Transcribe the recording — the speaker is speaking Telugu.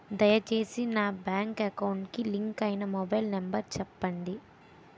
దయచేసి నా బ్యాంక్ అకౌంట్ కి లింక్ అయినా మొబైల్ నంబర్ చెప్పండి